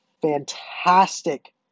fantastic